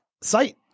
site